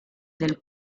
del